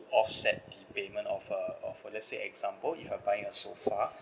offset the payment of uh of uh let's say example if I buying a sofa